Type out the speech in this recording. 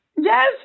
Yes